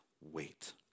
wait